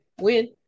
Win